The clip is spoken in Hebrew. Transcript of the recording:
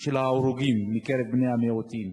של ההרוגים מקרב בני המיעוטים.